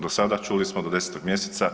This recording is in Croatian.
Do sada, čuli smo, do 10. mj.